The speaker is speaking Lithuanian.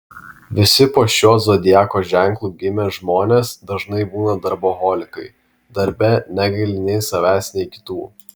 visi po šiuo zodiako ženklu gimę žmonės dažnai būna darboholikai darbe negaili nei savęs nei kitų